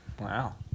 wow